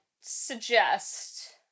suggest